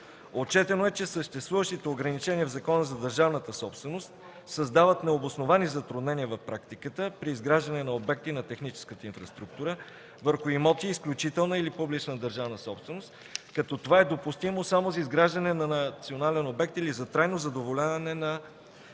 Отчетено е, че съществуващите ограничения в Закона за държавната собственост създават необосновани затруднения в практиката при изграждане на обекти на техническата инфраструктура върху имоти изключителна или публична държавна собственост, като това е допустимо само за изграждане на национален обект или за трайно задоволяване на